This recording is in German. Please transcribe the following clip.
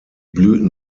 blüten